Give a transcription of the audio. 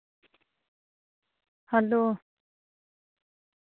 hello